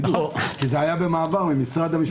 זה היה במעבר ממשרד המשפטים.